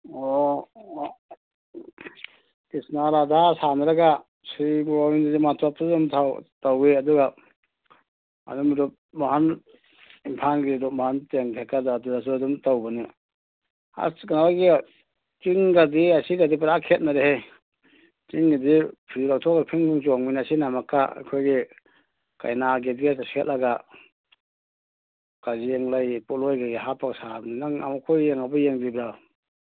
ꯑꯣ ꯀ꯭ꯔꯤꯁꯅ ꯔꯙꯥ ꯁꯥꯅꯔꯒ ꯁ꯭ꯔꯤ ꯒꯣꯕꯤꯟꯗꯖꯤ ꯃꯥꯝꯗꯣꯞꯇ ꯑꯗꯨꯝ ꯊꯧ ꯇꯧꯏ ꯑꯗꯨꯒ ꯑꯗꯨꯝ ꯔꯨꯞꯃꯍꯜ ꯏꯝꯐꯥꯜꯒꯤ ꯔꯨꯞꯃꯍꯜ ꯊꯦꯇꯔꯗ ꯑꯗꯨꯁꯨ ꯑꯗꯨ ꯇꯧꯕꯅꯤ ꯑꯁ ꯀꯩꯅꯣꯒꯤ ꯆꯤꯡꯒꯗꯤ ꯑꯁꯤꯒꯗꯤ ꯄꯨꯔꯥꯛ ꯈꯦꯅꯔꯦꯍꯦ ꯆꯤꯡꯒꯤꯗꯤ ꯐꯤ ꯂꯧꯊꯣꯛꯑꯒ ꯐꯤꯡ ꯐꯤꯡ ꯆꯣꯡꯕꯅꯤ ꯑꯁꯤꯅ ꯑꯃꯨꯛꯀ ꯑꯩꯈꯣꯏꯒꯤ ꯀꯩꯅꯥꯒꯤ ꯗ꯭ꯔꯦꯁꯀ ꯁꯦꯠꯂꯒ ꯀꯖꯦꯡꯂꯩ ꯄꯣꯠꯂꯣꯏ ꯀꯩꯀꯩ ꯍꯥꯞꯞꯒ ꯁꯥꯕꯅꯤ ꯅꯪ ꯑꯃꯨꯛꯐꯥꯎ ꯌꯦꯡꯕꯣ ꯌꯦꯡꯗ꯭ꯔꯤꯕꯣ